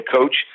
coach